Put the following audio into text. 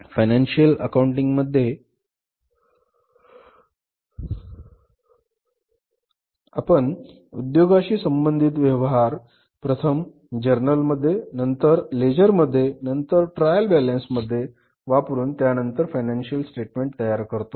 financial accounting मध्ये आपण उद्योगाशी संबंधित व्यवहार प्रथम जर्नल मध्ये नंतर लेजर मध्ये नंतर ट्रायल बॅलन्स मध्ये वापरून त्यानंतर फायनान्शिअल स्टेटमेंट तयार करतो